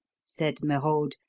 said merode,